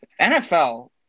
NFL